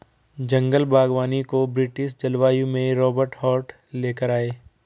जंगल बागवानी को ब्रिटिश जलवायु में रोबर्ट हार्ट ले कर आये